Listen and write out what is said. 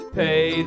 pay